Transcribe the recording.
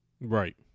Right